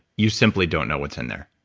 you simply don't know what's in there,